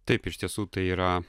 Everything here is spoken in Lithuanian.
taip iš tiesų tai yra